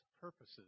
purposes